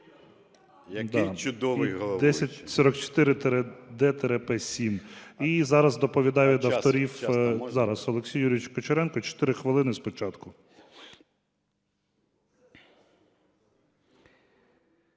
Який чудовий головуючий.